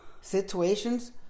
situations